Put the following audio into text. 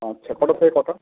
আচ্ছা কটার থেকে কটা